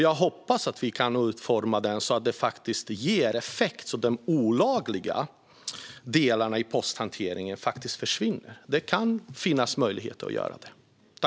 Jag hoppas att vi kan utforma den så att den faktiskt ger effekt och att de olagliga delarna i posthanteringen försvinner. Det kan finnas möjlighet att göra detta.